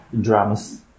drums